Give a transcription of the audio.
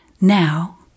Now